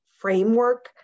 framework